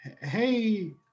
Hey